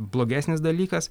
blogesnis dalykas